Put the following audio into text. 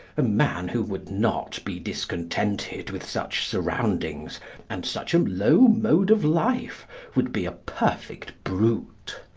a man who would not be discontented with such surroundings and such a low mode of life would be a perfect brute.